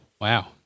wow